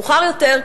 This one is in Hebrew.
מאוחר יותר,